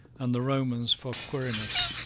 and the romans for quirinus.